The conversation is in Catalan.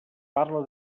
parla